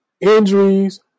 Injuries